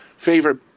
favorite